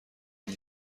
این